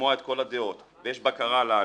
ולשמוע את כל הדעות ויש בקרה על ההליך.